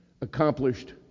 accomplished